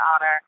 honor